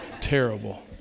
Terrible